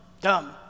Dumb